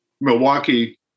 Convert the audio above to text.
Milwaukee